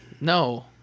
No